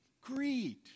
greed